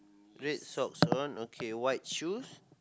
red socks on okay white shoes